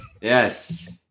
Yes